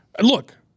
look